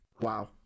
wow